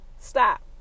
Stop